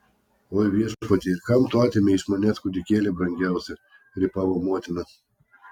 oi viešpatie ir kam tu atėmei iš manęs kūdikėlį brangiausią rypavo motina